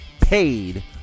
paid